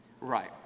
Right